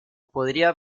podría